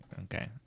okay